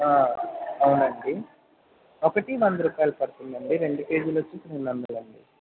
అవునండి ఒకటి వంద రూపాయలు పడుతుంది అండి రెండు కేజీలు వచ్చి రెండు వందలు అండి